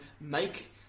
make